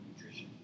nutrition